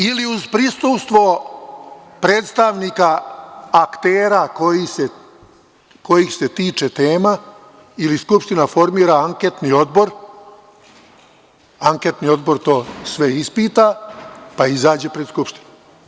Ili uz prisustvo predstavnika aktera kojih se tiče tema, ili Skupština formira anketni odbor, anketni odbor to sve ispita i onda izađe pred Skupštinu.